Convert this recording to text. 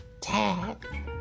tag